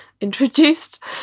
introduced